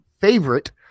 favorite